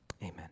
Amen